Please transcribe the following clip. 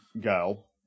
girl